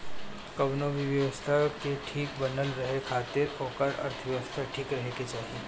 कवनो भी व्यवस्था के ठीक बनल रहे खातिर ओकर अर्थव्यवस्था ठीक रहे के चाही